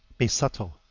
be subtle!